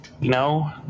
No